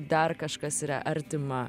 dar kažkas yra artima